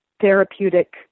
therapeutic